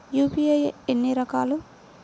UPI ఎన్ని రకాలు?